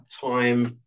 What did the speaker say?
time